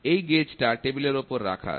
এই গেজ টা টেবিলের ওপর রাখা আছে